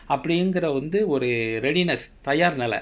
அப்படிங்கற வந்து ஒரு:appadingkara vanthu oru readiness தயார் நிலை:tayaar nilai